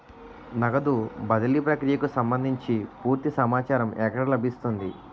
నగదు బదిలీ ప్రక్రియకు సంభందించి పూర్తి సమాచారం ఎక్కడ లభిస్తుంది?